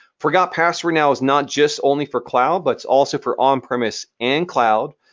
forgot password now is not just only for cloud, but it's also for on-premise and cloud,